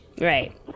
Right